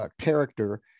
character